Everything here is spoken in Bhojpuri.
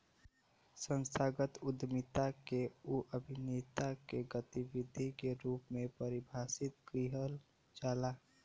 संस्थागत उद्यमिता के उ अभिनेता के गतिविधि के रूप में परिभाषित किहल जाला